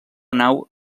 nau